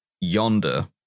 yonder